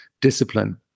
discipline